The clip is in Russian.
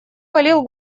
валил